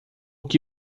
que